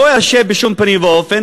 לא ירשה בשום פנים ואופן